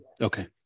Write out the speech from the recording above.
okay